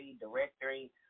directory